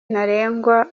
ntarengwa